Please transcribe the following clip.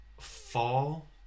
fall